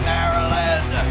Maryland